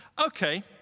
Okay